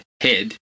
head